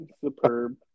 superb